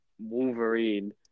Wolverine